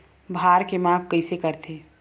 भार के माप कइसे करथे?